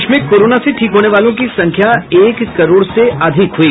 देश में कोरोना से ठीक होने वालों की संख्या एक करोड़ से अधिक हुई